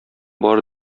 бары